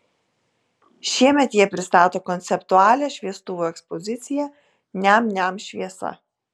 šiemet jie pristato konceptualią šviestuvų ekspoziciją niam niam šviesa